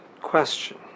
question